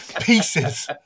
Pieces